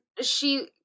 she-